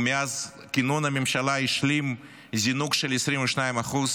ומאז כינון הממשלה השלים זינוק של 22%?